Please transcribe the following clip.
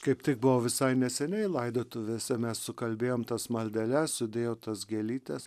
kaip tik buvau visai neseniai laidotuvėse mes sukalbėjom tas maldeles sudėjo tas gėlytes